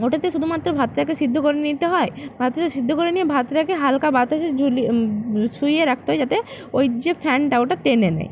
ওটাতে শুধুমাত্র ভাতটাকে সেদ্ধ করে নিতে হয় ভাতটাকে সেদ্ধ করে নিয়ে ভাতটাকে হালকা বাতাসে ঝুলিয়ে শুইয়ে রাখতে যেতে ওই যে ফ্যানটা ওটা টেনে নেয়